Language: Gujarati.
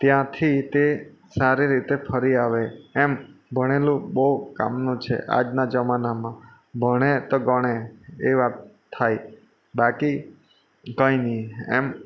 ત્યાંથી તે સારી રીતે ફરી આવે એમ ભણેલું બહુ કામનું છે આજના જમાનામાં ભણે તો ગણે એ વાત થાય બાકી કંઈ નહીં એમ